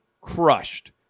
crushed